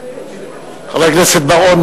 חבר הכנסת בר-און,